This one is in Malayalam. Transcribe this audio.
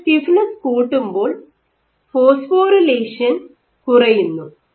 നിങ്ങൾ സ്റ്റിഫ്നെസ്സ് കൂട്ടുമ്പോൾ ഫോസ്ഫോറിലേഷൻ കുറയുന്നു